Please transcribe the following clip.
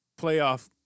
playoff